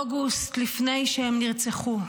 באוגוסט, לפני שהם נרצחו.